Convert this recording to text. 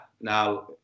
Now